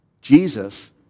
Jesus